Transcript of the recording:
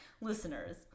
Listeners